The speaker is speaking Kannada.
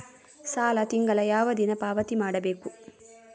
ಸಾಲ ತಿಂಗಳ ಯಾವ ದಿನ ಪಾವತಿ ಮಾಡಬೇಕು?